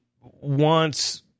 wants